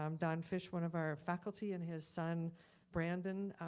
um don fish, one of our faculty and his son brandon,